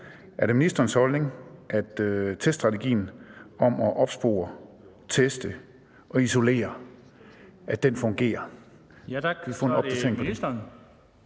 Er det ministerens holdning, at teststrategien om at opspore, teste og isolere fungerer? Den fg. formand (Bent